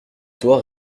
doit